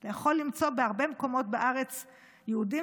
אתה יכול למצוא בהרבה מקומות בארץ יהודים